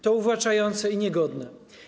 To uwłaczające i niegodne.